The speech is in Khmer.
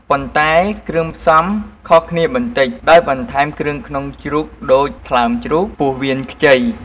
ប៉ុន្តែគ្រឿងផ្សំខុសគ្នាបន្តិច ដោយបន្ថែមគ្រឿងក្នុងជ្រូកដូច ថ្លើមជ្រូក ពោះវៀនខ្ចី ។